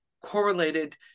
correlated